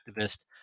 activist